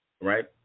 Right